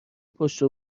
پشت